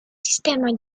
sistema